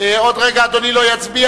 עוד רגע אדוני לא יצביע,